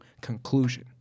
conclusion